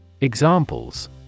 Examples